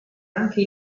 anche